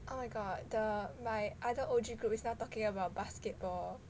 oh my god the my other O_G group is now talking about basketball